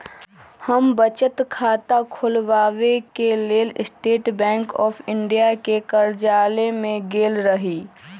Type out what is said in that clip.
हम बचत खता ख़ोलबाबेके लेल स्टेट बैंक ऑफ इंडिया के कर्जालय में गेल रही